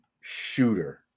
shooter